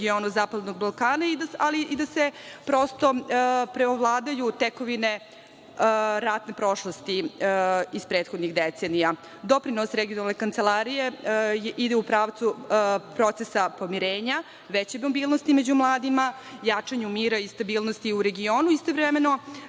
i da se prosto preovladaju tekovine ratne prošlosti iz prethodnih decenija. Doprinos regionalne kancelarije ide u pravcu procesa pomirenja, veće mobilnosti među mladima, jačanju mira i stabilnosti u regionu i istovremeno